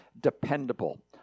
dependable